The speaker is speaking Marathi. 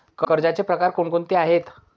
कर्जाचे प्रकार कोणकोणते आहेत?